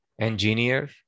engineer